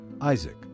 Isaac